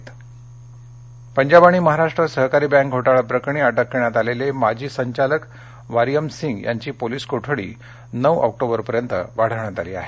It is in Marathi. पीएससी बँक पंजाब महाराष्ट्र सहकारी बँक घोटाळा प्रकरणी अटक करण्यात आलेले माजी संचालक वार्यम सिंग यांची पोलीस कोठडी नऊ ऑक्टोबरपर्यंत वाढवण्यात आली आहे